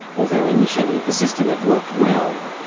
although initially the system had worked well.